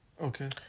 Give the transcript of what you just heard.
Okay